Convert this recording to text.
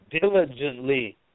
diligently